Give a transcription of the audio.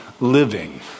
living